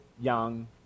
young